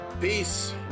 Peace